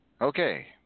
Okay